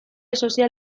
sozial